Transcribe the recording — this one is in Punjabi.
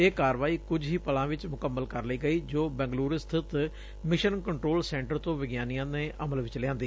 ਇਹ ਕਾਰਵਾਈ ਕੁਝ ਹੀ ਪਲਾਂ ਵਿਚ ਮੁਕੰਮਲ ਕਰ ਲਈ ਗਈ ਜੋ ਬੰਗਲਰੁ ਸਬਿਤ ਮਿਸ਼ਨ ਕੰਟਰੋਲ ਸੈਂਟਰ ਤੋਂ ਵਿਗਿਆਨੀਆਂ ਨੇ ਅਮਲ ਚ ਲਿਆਂਦੀ